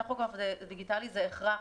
הטכוגרף הדיגיטלי זה הכרח,